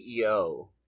CEO